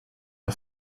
der